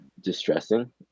distressing